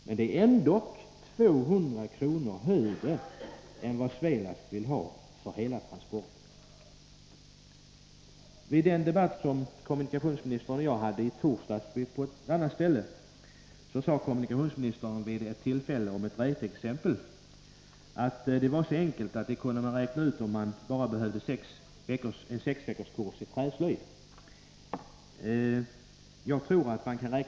Men det är — vid det av SJ ägda ändock 200 kr. högre än vad Svelast vill ha för hela transporten. Vid den debatt kommunikationsministern och jag hade i torsdags på en annan plats sade kommunikationsministern vid ett tillfälle om ett räkneexempel att det var så enkelt att man bara behövde en sexveckorskurs i träslöjd för att räkna ut det.